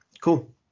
cool